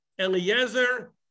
Eliezer